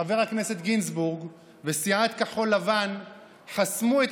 חבר הכנסת גינזבורג וסיעת כחול לבן חסמו את